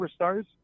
superstars